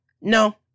No